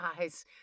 eyes